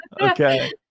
Okay